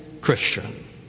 Christian